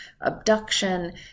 abduction